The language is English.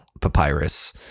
papyrus